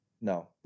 no